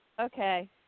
Okay